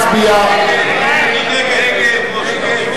ההצעה להסיר מסדר-היום את הצעת חוק ביטוח בריאות ממלכתי (תיקון,